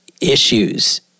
issues